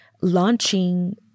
launching